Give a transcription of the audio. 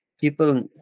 people